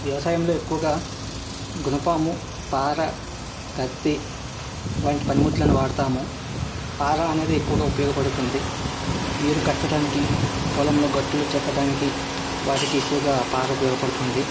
వ్యవసాయంలో ఎక్కువగా గునపం పార కత్తి వంటి పనిముట్లను వాడుతాము పార అనేది ఎక్కువగా ఉపయోగపడుతుంది నీరు కట్టడానికి పొలంలో గట్టులు చెక్కటానికి వాటికి ఎక్కువగా పార ఉపయోగపడుతుంది